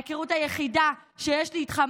ההיכרות היחידה שיש לי איתך,